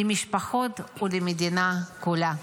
למשפחות ולמדינה כולה.